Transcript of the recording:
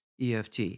EFT